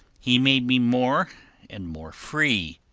he made me more and more free.